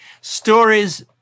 Stories